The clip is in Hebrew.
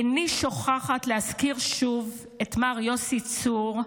איני שוכחת להזכיר שוב את מר יוסי צור,